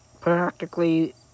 practically